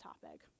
topic